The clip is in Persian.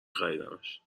خریدمش